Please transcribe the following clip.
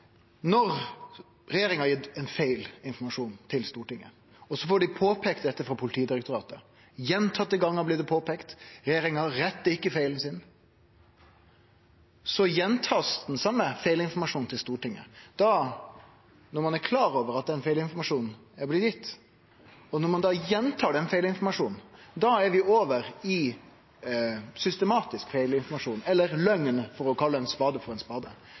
når regjeringa har gitt feil informasjon til Stortinget og så får påpeikt dette frå Politidirektoratet – gjentatte gonger blir det påpeikt – rettar ikkje regjeringa feilen. Så blir den same feilinformasjonen til Stortinget gjentatt. Da – når ein klar over at den feilinformasjonen er blitt gitt, og når ein gjentar den feilinformasjonen – er vi over i systematisk feilinformasjon, eller løgn, for å kalle ein spade for ein spade.